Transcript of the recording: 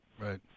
Right